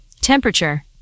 temperature